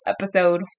episode